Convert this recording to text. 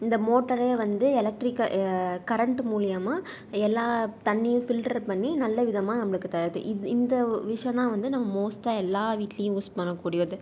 இந்த மோட்டரே வந்து எலெக்ட்ரிக்கல் கரண்ட்டு மூலிமா எல்லா தண்ணியும் ஃபில்டர் பண்ணி நல்லவிதமாக நம்மளுக்குத் தருது இந்த இந்த ஒ விஷயம் தான் வந்து நம்ம மோஸ்ட்டாக எல்லா வீட்லேயும் யூஸ் பண்ணக்கூடியது